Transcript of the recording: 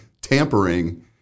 tampering